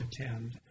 attend